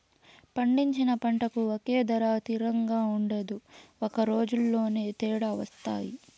పండించిన పంటకు ఒకే ధర తిరంగా ఉండదు ఒక రోజులోనే తేడా వత్తాయి